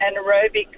anaerobic